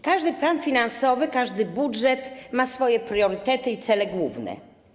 Każdy plan finansowy, każdy budżet ma swoje priorytety i cele główne.